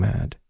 Mad